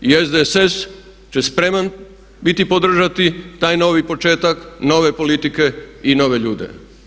I SDSS će spreman biti podržati taj novi početak, nove politike i nove ljude.